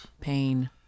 Pain